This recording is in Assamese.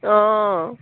অঁ